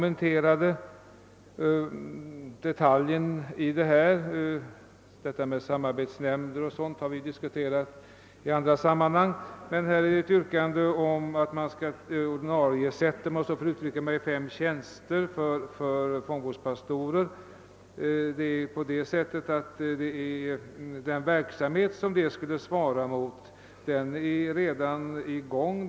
En ny detalj, som icke förut är kommenterad, är emellertid yrkandet att man skall ordinariesätta fyra tjänster som fångvårdspastorer. Den verksamhet som dessa tjänster skulle svara mot är emellertid redan i gång.